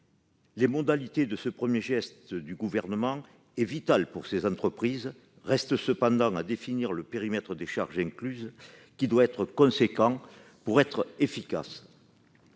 par la crise. Ce premier geste du Gouvernement est vital pour ces entreprises. Reste cependant à définir le périmètre des charges incluses, qui doit être important pour être efficace.